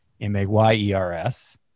M-A-Y-E-R-S